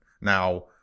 now